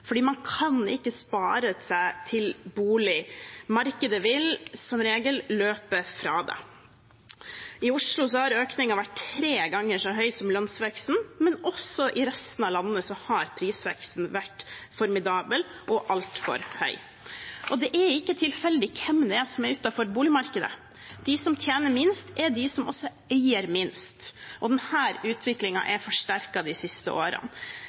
til bolig, markedet vil som regel løpe fra en. I Oslo har økningen vært tre ganger så høy som landsveksten, men også i resten av landet har prisveksten vært formidabel og altfor høy. Det er ikke tilfeldig hvem det er som er utenfor boligmarkedet. De som tjener minst, er de som også eier minst, og denne utviklingen er forsterket de siste årene.